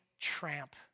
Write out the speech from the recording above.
tramp